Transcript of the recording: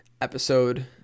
episode